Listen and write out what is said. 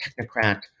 technocrat